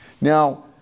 Now